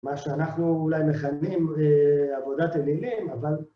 מה שאנחנו אולי מכנים עבודת אלילים, אבל...